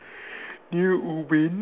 near Ubin